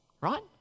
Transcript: right